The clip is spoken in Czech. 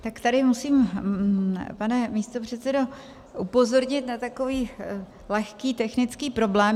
Tak tady musím, pane místopředsedo, upozornit na takový lehký technický problém.